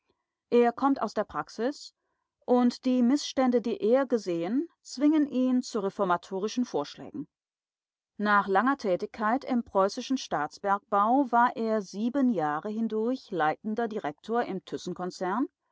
er kommt aus der praxis und die mißstände die er gesehen zwingen ihn zu reformatorischen vorschlägen nach langer tätigkeit im preußischen staatsbergbau war er sieben jahre hindurch leitender direktor im